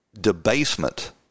debasement